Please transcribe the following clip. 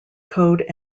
code